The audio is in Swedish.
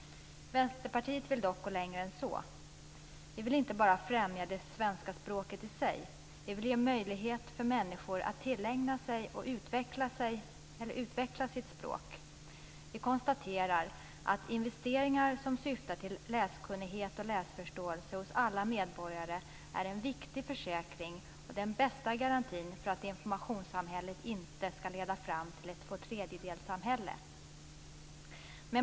Vänsterpartiet vill dock gå längre än så. Vi vill inte bara främja det svenska språket i sig. Vi vill ge möjligheter för människor att tillägna sig och utveckla sitt språk. Vi konstaterar att investeringar som syftar till läskunnighet och läsförståelse hos alla medborgare är en viktig försäkring och den bästa garantin för att informationssamhället inte skall leda fram till ett tvåtredjedelssamhälle.